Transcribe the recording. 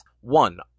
one